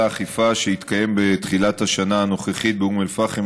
האכיפה שהתקיים בתחילת השנה הנוכחית באום אל-פחם,